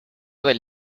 del